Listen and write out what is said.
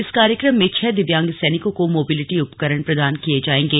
इस कार्यक्रम में छह दिव्यांग सैनिकों को मोबिलिटी उपकरण प्रदान किये जाएंगे